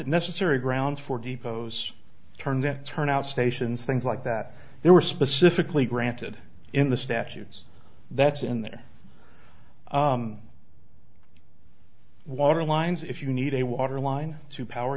necessary ground for depots turn that turn out stations things like that they were specifically granted in the statutes that in their water lines if you need a water line to power